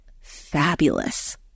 fabulous